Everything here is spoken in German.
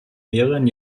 mehreren